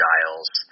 Giles